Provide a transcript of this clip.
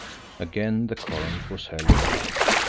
again the coronet was held aloft,